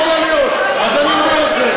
אני אומר לכם,